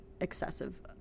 excessive